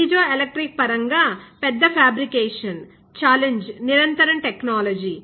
piezoelectric పరంగా పెద్ద fabrication challenge నిరంతరం టెక్నాలజీ